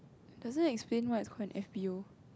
doesn't explain why it's called an F_B_O